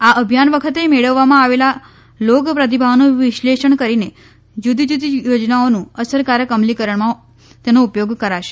આ અભિયાન વખતે મેળવવામાં આવેલા લોક પ્રતિભાવોનું વિશ્લેષણ કરીને જુદી જુદી યોજનાઓના અસરકારક અમલીકરણમાં તેનો ઉપયોગ કરાશે